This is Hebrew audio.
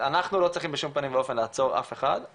אנחנו לא צריכים בשום פנים ואופן לעצור אף אחד,